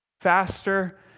faster